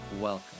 Welcome